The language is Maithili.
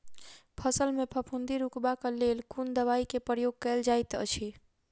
फसल मे फफूंदी रुकबाक लेल कुन दवाई केँ प्रयोग कैल जाइत अछि?